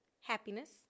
happiness